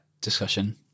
discussion